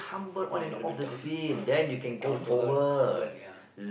uh you gonna be down uh down to earth humble ya